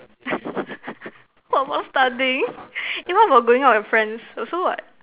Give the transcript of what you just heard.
what about studying eh what about going out with friends also what